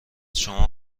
شما